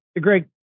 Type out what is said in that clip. Great